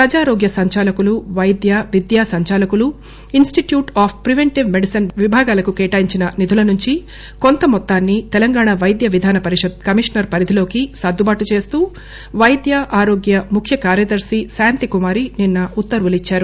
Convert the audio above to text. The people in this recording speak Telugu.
ప్రజారోగ్య సంచాలకులు వైద్య విద్య సంచాలకులు ఇనిస్టిట్యూట్ ఆఫ్ ప్రిపెంటివ్ మెడిసిన్ విభాగాలకు కేటాయించిన నిధుల నుంచి కొంత మొత్తాన్ని తెలంగాణ వైద్య విధాన పరిషత్ కమిషనర్ పరిధిలోకి సర్దుబాటు చేస్తూ వైద్య ఆరోగ్య ముఖ్యకార్యదర్శి శాంతికుమారి నిన్న ఉత్తర్వులు ఇచ్చారు